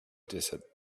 desert